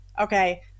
okay